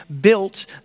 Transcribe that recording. built